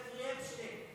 ג'פרי אפשטיין.